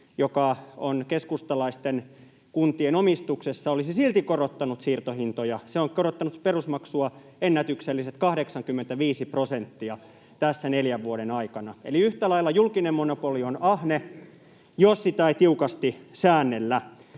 joka on keskustalaisten kuntien omistuksessa — olisi silti korottanut siirtohintoja. Se on korottanut perusmaksua ennätykselliset 85 prosenttia tässä neljän vuoden aikana. Eli yhtä lailla julkinen monopoli on ahne, jos sitä ei tiukasti säännellä.